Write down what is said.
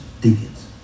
deacons